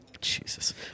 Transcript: jesus